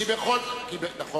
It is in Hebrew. לא נתתם לי שלוש שנים, נכון,